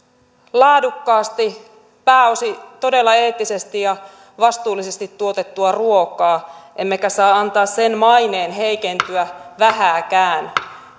laadukkaasti pääosin todella eettisesti ja vastuullisesti tuotettua ruokaa emmekä saa antaa sen maineen heikentyä vähääkään